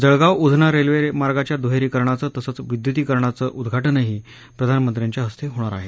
Jalgaon Udhna railway मार्गाच्या दुहेरीकरणाचं तसंच विद्युतीकरणाचं उद्घाटनही प्रधानमंत्र्यांच्या हस्ते होणार आहे